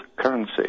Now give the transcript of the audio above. currency